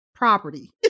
property